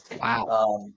Wow